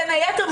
בין היתר,